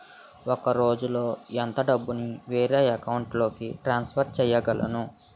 ఒక రోజులో ఎంత డబ్బుని వేరే అకౌంట్ లోకి ట్రాన్సఫర్ చేయగలను?